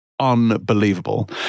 Unbelievable